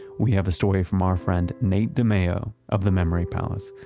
we have a story from our friend, nate dimeo of the memory palace.